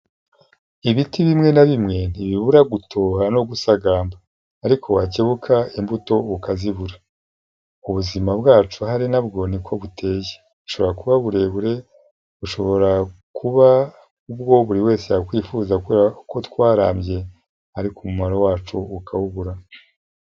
Ibiti bimwe na bimwe ntibibura gutoha no gusagamba, ariko wakebuka imbuto ukazibura, ubuzima bwacu ahari nabwo niko buteye, bushobora kuba burebure, bushobora kuba ubwo buri wese yakwifuza kuko twarambye, ariko umumaro wacu ukawubura.